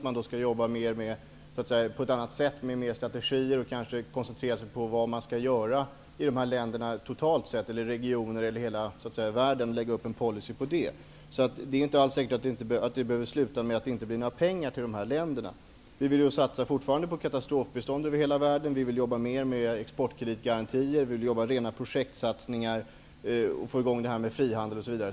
Man skall jobba på ett annat sätt med mer strategier, kanske koncentrera sig på vad man skall göra i dessa länder totalt sett, eller i regioner, eller i hela världen. Man skall lägga upp en policy för detta. Det behöver inte sluta med att det inte blir några pengar till dessa länder. Vi vill fortfarande satsa på katastrofbistånd över hela världen. Vi vill jobba mer med exportkreditgarantier. Vi vill göra rena projektsatsningar, få i gång frihandel osv.